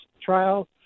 trial